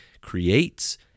creates